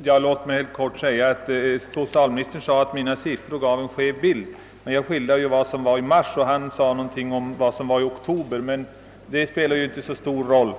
Herr talman! Jag vill bara helt kort bemöta socialministerns uppgift att mina siffror gav en skev bild av verkligheten. Jag skildrade ju läget i mars och han talade om läget i oktober. Men detta spelar inte så stor roll.